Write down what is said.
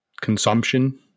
Consumption